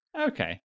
Okay